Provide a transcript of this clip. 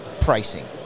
pricing